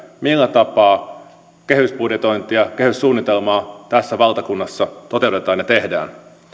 millä tapaa kehysbudjetointia ja kehyssuunnitelmaa tässä valtakunnassa toteutetaan ja tehdään